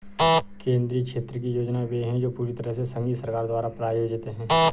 केंद्रीय क्षेत्र की योजनाएं वे है जो पूरी तरह से संघीय सरकार द्वारा प्रायोजित है